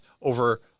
over